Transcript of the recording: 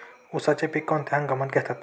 उसाचे पीक कोणत्या हंगामात घेतात?